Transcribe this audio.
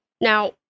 Now